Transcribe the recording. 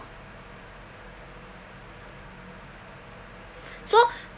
so